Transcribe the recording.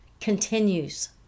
continues